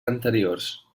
anteriors